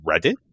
Reddit